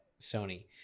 Sony